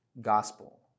gospel